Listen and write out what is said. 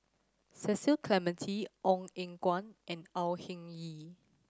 Cecil Clementi Ong Eng Guan and Au Hing Yee